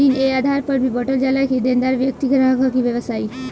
ऋण ए आधार पर भी बॉटल जाला कि देनदार व्यक्ति ग्राहक ह कि व्यवसायी